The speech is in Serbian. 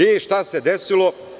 I, šta se desilo?